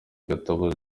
gatabazi